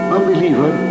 Unbeliever